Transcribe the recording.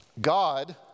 God